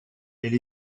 elle